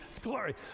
glory